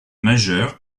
majeur